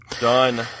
Done